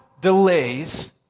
delays